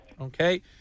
Okay